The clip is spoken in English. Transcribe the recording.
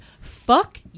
fuck